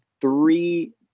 three